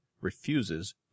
refuses